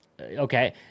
okay